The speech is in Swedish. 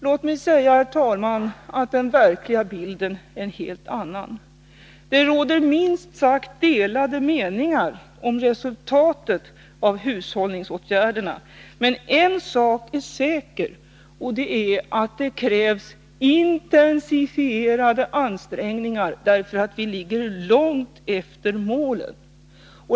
Låt mig säga att den verkliga bilden är en helt annan. Det råder minst sagt delade meningar om resultatet av hushållningsåtgärderna. Men en sak är säker: det krävs intensifierade ansträngningar, för vi ligger långt efter målen.